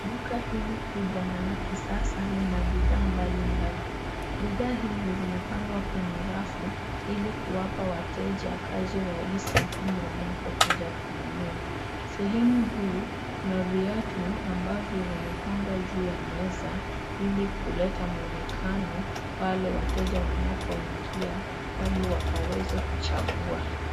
Duka hili kubwa na la kisasa lina bidhaa mbali mbali ,bidhaa hizi zimepangwa kwenye rafu, ili kuwapa wateja kazi rahisi pindi wanapokuja kununua. Sehemu huu kuna viatu ambavyo vimepangwa juu ya meza ,ili kuleta mwonekano pale wateja wanapoingia ,ili wakaweze kuchagua.